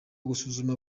gusuzuma